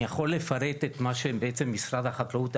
אני יכול לפרט את מה שמשרד החקלאות בעצם